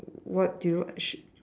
what do you sh~